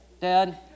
Dad